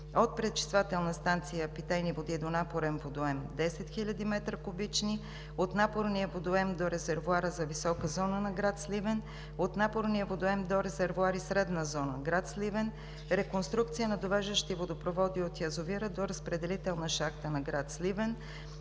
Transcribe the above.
от пречиствателната станция за питейни води до напорен водоем 10 хил. куб. м; - от напорния водоем до резервоар за висока зона на град Сливен; - от напорния водоем до резервоари средна зона на град Сливен; - реконструкция на довеждащи водопроводи от язовира до разпределителна шахта на град Сливен;